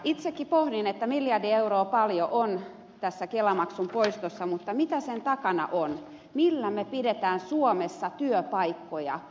itsekin pohdin sitä että miljardi euroa on paljon tässä kelamaksun poistossa mutta mitä sen takana on millä me pidämme suomessa työpaikkoja